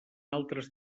altres